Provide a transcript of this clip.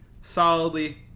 solidly